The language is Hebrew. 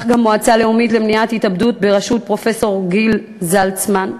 וגם המועצה הלאומית למניעת התאבדות בראשות פרופסור גיל זלצמן,